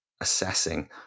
assessing